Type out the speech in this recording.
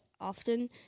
often